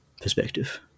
perspective